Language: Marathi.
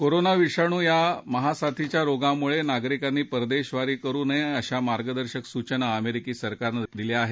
कोरोना विषाणू या महासाथीच्या रोगामुळे नागरिकांनी परदेशवारी करु नये अशा मार्गदर्शक सूचना अमेरिकी सरकारनं दिल्या आहेत